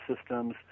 systems